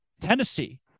Tennessee